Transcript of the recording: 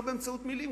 לא באמצעות מלים,